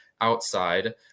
outside